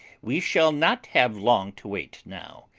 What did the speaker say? we shall not have long to wait now.